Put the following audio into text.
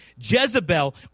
Jezebel